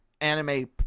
anime